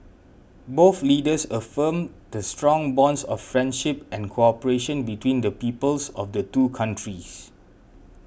both leaders affirmed the strong bonds of friendship and cooperation between the peoples of the two countries